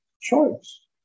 choice